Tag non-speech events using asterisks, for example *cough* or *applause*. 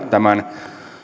*unintelligible* tämän